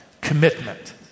commitment